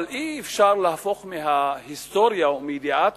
אבל אי-אפשר להפוך את ההיסטוריה ואת ידיעת